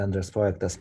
bendras projektas